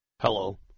Hello